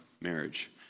marriage